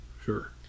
Sure